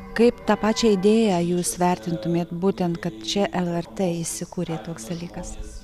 kaip tą pačią idėją jūs vertintumėt būtent kad čia lrt įsikūrė toks dalykas